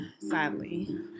sadly